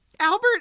Albert